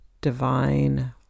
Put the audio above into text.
divine